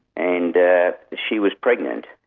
and she was pregnant.